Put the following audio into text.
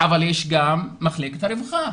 אבל יש גם מחלקת רווחה.